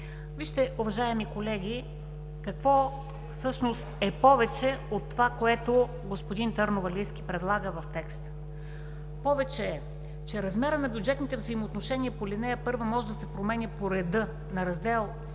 спорим. Уважаеми колеги, какво всъщност е повече от това, което господин Търновалийски предлага в текста? Повече е, че размерът на бюджетните взаимоотношения по ал. 1 може да се променя по реда на Раздел